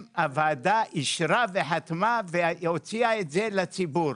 הוועדה אישרה וחתמה והוציאה את זה לציבור,